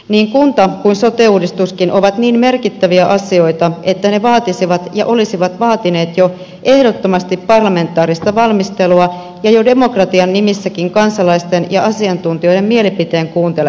niin kunta kuin sote uudistuskin ovat niin merkittäviä asioita että ne vaatisivat ja olisivat vaatineet jo ehdottomasti parlamentaarista valmistelua ja jo demokratian nimissäkin kansalaisten ja asiantuntijoiden mielipiteen kuuntelemista